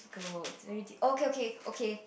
difficult very difficult okay okay okay